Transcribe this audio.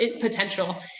potential